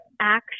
action